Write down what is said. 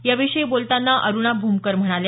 याविषयी बोलताना अरुणा भूमकर म्हणाल्या